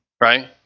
right